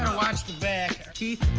ah watch the back. keith?